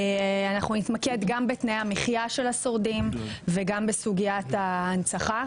אנחנו נתמקד גם בתנאי המחייה של השורדים וגם בסוגית ההנצחה.